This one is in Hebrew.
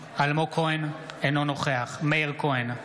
אינו נוכח מאיר כהן,